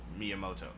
Miyamoto